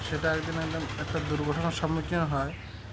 সেটা একদিন একদম একটা দুর্ঘটনার সম্মুখীন হয়